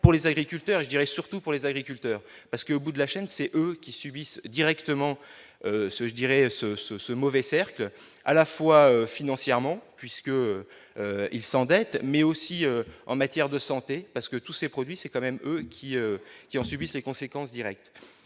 pour les agriculteurs, je dirais, surtout pour les agriculteurs parce que, au bout de la chaîne, c'est eux qui subissent directement ce je dirais ce ce ce mauvais cercle à la fois financièrement puisque il s'endette mais aussi en matière de santé parce que tous ces produits, c'est quand même qui qui en subissent les conséquences directes,